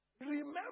Remember